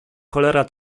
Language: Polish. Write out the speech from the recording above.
cholera